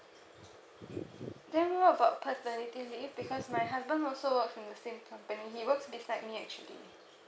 then what about paternity leave because my husband also work in the same company he works beside me actually